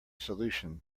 solution